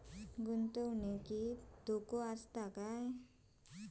गुंतवणुकीत धोको आसा काय?